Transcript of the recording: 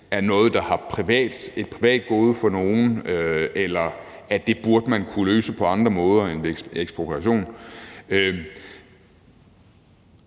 af noget, der er til privat gavn for nogen, eller at man burde kunne løse det på andre måder end ved ekspropriation.